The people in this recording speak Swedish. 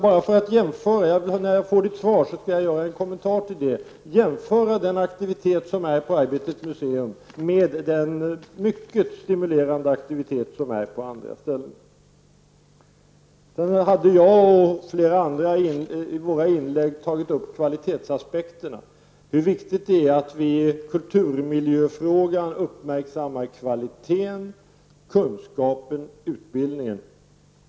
När jag fått svaret skall jag göra en kommentar till det och jämföra den aktivitet som bedrivs på Arbetets museum med den mycket stimulerande aktiviteten på andra museer. Jag, liksom flera andra, tog i mitt inlägg upp kvalitetsaspekterna, hur viktigt det är att vi i kulturmiljöfrågan uppmärksammar kvaliteten, kunskapen och utbildningen.